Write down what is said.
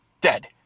dead